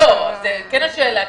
זו כן השאלה.